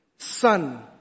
Son